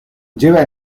lleva